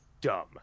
dumb